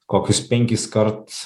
kokius penkis kart